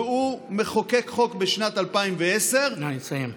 והוא מחוקק חוק בשנת 2010 -- נא לסיים.